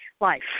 life